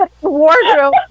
Wardrobe